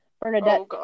Bernadette